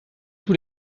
tous